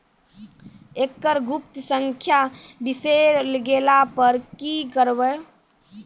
एकरऽ गुप्त संख्या बिसैर गेला पर की करवै?